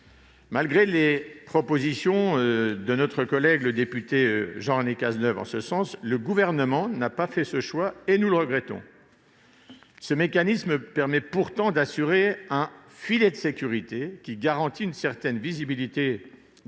Malgré les propositions de notre collègue député Jean-René Cazeneuve en ce sens, le Gouvernement n'a pas fait ce choix. Nous le regrettons ! Ce mécanisme permettrait pourtant d'assurer un filet de sécurité garantissant une certaine visibilité des collectivités